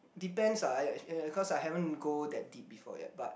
depends ah I actua~ because I haven't go that deep before yet but